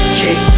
kick